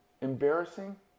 embarrassing